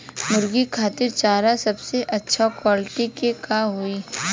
मुर्गी खातिर चारा सबसे अच्छा क्वालिटी के का होई?